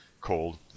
called